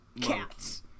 Cats